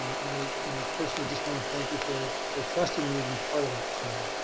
um and i you know personally just wanna thank you for for trusting me to be part of that team.